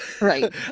right